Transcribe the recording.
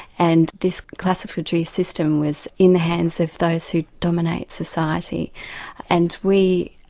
and this classificatory system was in the hands of those who dominate society and we,